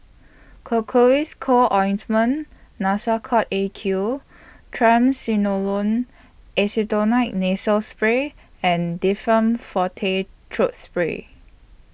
Cocois Co Ointment Nasacort A Q Triamcinolone Acetonide Nasal Spray and Difflam Forte Throat Spray